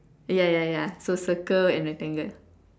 ya ya ya so circle and rectangle